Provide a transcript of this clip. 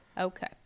okay